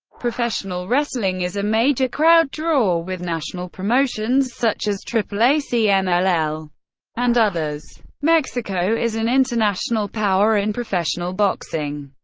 professional wrestling is a major crowd draw with national promotions such as aaa, cmll and others. mexico is an international power in professional boxing.